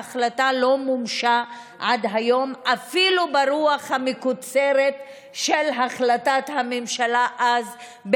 ההחלטה לא מומשה עד היום אפילו ברוח המקוצרת של החלטת הממשלה אז,